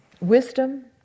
Wisdom